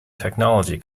technology